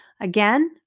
Again